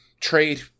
trade